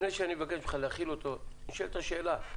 לפני שאני מבקש ממך להחיל אותו, נשאלת שאלה.